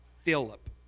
Philip